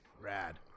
Rad